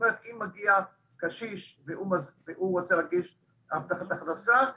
אם מגיע קשיש ורוצה להגיש טופס הבטחת הכנסה,